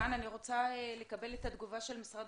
אני רוצה לקבל תגובה של משרד